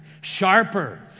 sharper